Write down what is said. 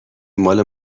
مال